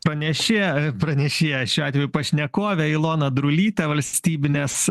panėšėją pranešėją šiuo atveju pašnekovę ilona drulytė valstybinės